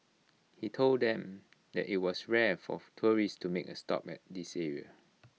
he told them that IT was rare for tourists to make A stop at this area